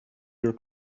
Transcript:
your